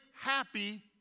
happy